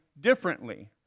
differently